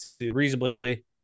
reasonably